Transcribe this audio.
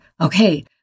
okay